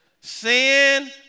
Sin